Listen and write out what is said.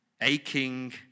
aching